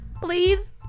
please